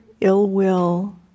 ill-will